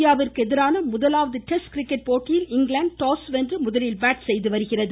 இந்தியாவிற்கு எதிரான முதலாவது டெஸ்ட் கிரிக்கெட் போட்டியில் இங்கிலாந்து டாஸ் வென்று முதலில் பேட் செய்து வருகிறது